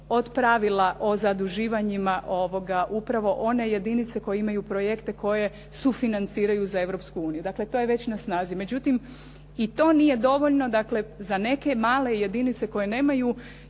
od pravila o zaduživanjima upravo one jedinice koje imaju projekte, koje sufinanciraju za Europsku uniju. Dakle, to je već na snazi. Međutim, i to nije dovoljno, dakle za neke male jedinice koje nemaju